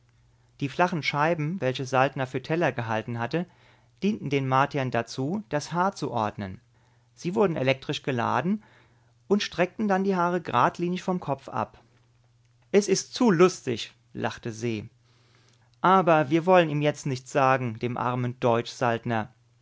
die flachen scheiben welche saltner für teller gehalten hatten dienten den martiern dazu das haar zu ordnen sie wurden elektrisch geladen und streckten dann die haare geradlinig vom kopf ab es ist zu lustig lachte se aber wir wollen ihm jetzt nichts sagen dem armen deutsch